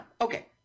Okay